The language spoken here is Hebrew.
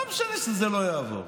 לא משנה שזה לא יעבור,